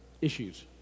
issues